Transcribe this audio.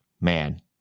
man